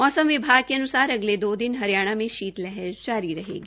मौसम विभाग के अन्सार अगले दो दिन हरियाणा में शीत लहर जारी रहेगी